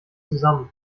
zusammen